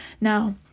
now